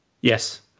Yes